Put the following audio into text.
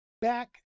back